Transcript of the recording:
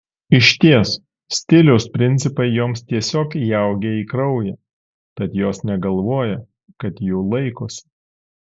išties stiliaus principai joms tiesiog įaugę į kraują tad jos negalvoja kad jų laikosi